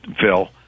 Phil